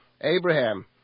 Abraham